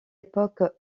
époque